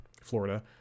Florida